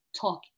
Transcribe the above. talk